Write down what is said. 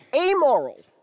amoral